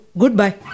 goodbye